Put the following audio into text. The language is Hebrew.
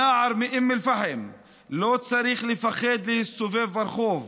הנער מאום אל-פחם לא צריך לפחד להסתובב ברחוב,